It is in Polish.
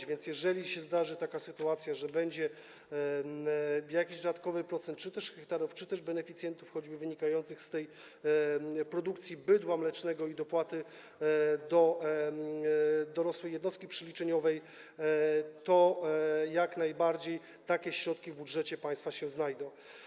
A zatem jeżeli zdarzy się taka sytuacja, że będzie jakiś dodatkowy procent hektarów czy też beneficjentów, choćby wynikający z produkcji bydła mlecznego i dopłaty do dorosłej jednostki przeliczeniowej, to jak najbardziej takie środki w budżecie państwa się znajdą.